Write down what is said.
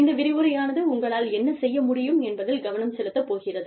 இந்த விரிவுரையானது உங்களால் என்ன செய்ய முடியும் என்பதில் கவனம் செலுத்தப் போகிறது